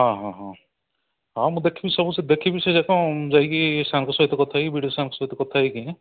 ହଁ ହଁ ହଁ ହଁ ମୁଁ ଦେଖିବି ସବୁ ଦେଖିବି ସେ ଯାକ ଯାଇକି ସାର୍ଙ୍କ ସହିତ କଥା ହେଇକି ବି ଡ଼ି ଓ ସାର୍ଙ୍କ ସହିତ କଥା ହେଇକି